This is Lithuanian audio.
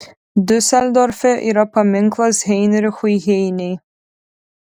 diuseldorfe yra paminklas heinrichui heinei